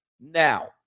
Now